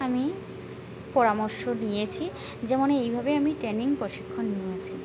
আমি পরামর্শ নিয়েছি যেমন এইভাবে আমি ট্রেনিং প্রশিক্ষণ নিয়েছি